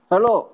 Hello